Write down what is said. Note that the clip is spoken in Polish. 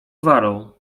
gwarą